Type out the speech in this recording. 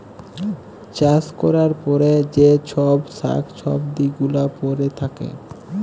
চাষ ক্যরার পরে যে চ্ছব শাক সবজি গুলা পরে থাক্যে